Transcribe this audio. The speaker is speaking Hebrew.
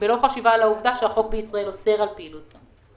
לא חשיבה על העובדה שהחוק בישראל אוסר על פעילות זו.